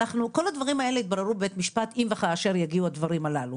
כל הדברים האלה יתבררו בבית משפט אם וכאשר יגיעו הדברים הללו,